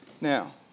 Now